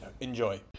Enjoy